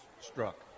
struck